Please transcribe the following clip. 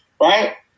right